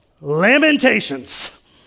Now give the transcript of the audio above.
Lamentations